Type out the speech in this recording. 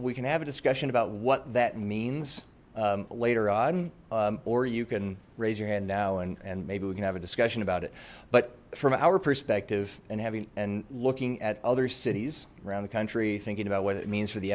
we can have a discussion about what that means later on or you can raise your hand now and and maybe we can have a discussion about it but from our perspective and having and looking at other cities around the country thinking about what it means for the